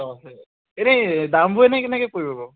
অঁ এনেই দামবোৰ এনেই কেনেকৈ পৰিব বাৰু